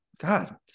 God